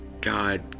God